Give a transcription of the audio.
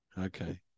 Okay